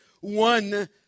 one